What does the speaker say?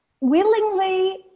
willingly